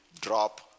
drop